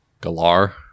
Galar